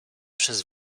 przez